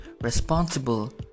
responsible